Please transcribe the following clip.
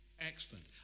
Excellent